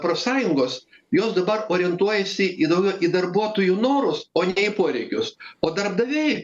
profsąjungos jos dabar orientuojasi į daugiau į darbuotojų norus o ne į poreikius o darbdaviai